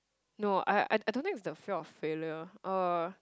no I I don't think it was the fear of failure uh